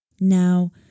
Now